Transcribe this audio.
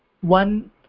one